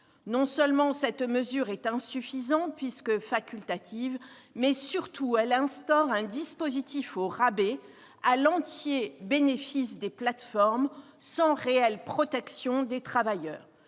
être salariés. Cette mesure est insuffisante, puisque facultative, et surtout elle instaure un dispositif au rabais, à l'entier bénéfice des plateformes, sans réelle protection des travailleurs.